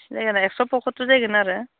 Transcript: सिंग्राया एक्स' फखाथुर जाहैगोन आरो